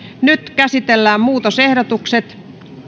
nyt käsitellään muutosehdotukset